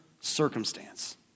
circumstance